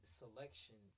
selection